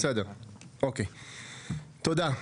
אוקיי, תודה.